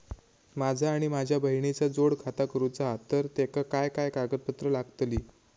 माझा आणि माझ्या बहिणीचा जोड खाता करूचा हा तर तेका काय काय कागदपत्र लागतली?